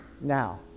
now